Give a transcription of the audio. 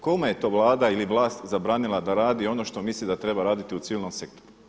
Kome je to Vlada ili vlast zabranila da radi ono što misli da treba raditi u civilnom sektoru?